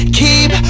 keep